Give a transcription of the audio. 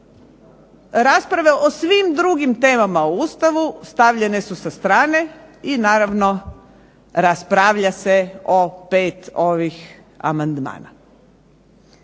rasprave o svim temama o Ustavu stavljene su sa strane i naravno raspravlja se o pet ovih amandmana.